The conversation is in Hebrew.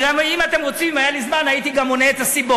אם היה לי זמן גם הייתי מונה את הסיבות,